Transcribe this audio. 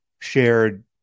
shared